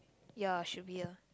ya should be ah